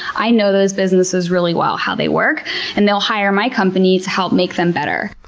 i know those businesses really well, how they work and they'll hire my company to help make them better.